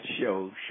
show